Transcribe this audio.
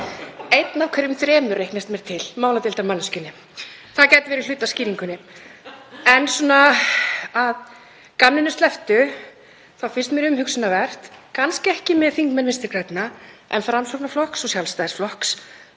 Einn af hverjum þremur, reiknast mér til, máladeildarmanneskjunni. Það gæti verið hluti af skýringunni. En að gamninu slepptu þá finnst mér það umhugsunarvert, kannski ekki með þingmenn Vinstri grænna en Framsóknarflokks og Sjálfstæðisflokks: